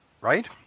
right